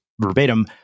verbatim